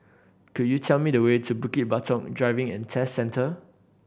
could you tell me the way to Bukit Batok Driving and Test Centre